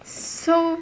so